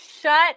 Shut